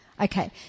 Okay